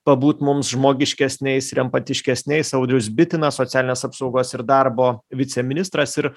pabūt mums žmogiškesniais ir empatiškesniais audrius bitinas socialinės apsaugos ir darbo viceministras ir